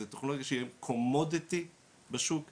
זו טכנולוגיה שהיא קומודיטי בשוק ,